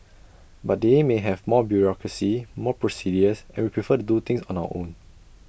but they may have more bureaucracy more procedures and we prefer to do things on our own